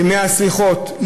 בימי הסליחות,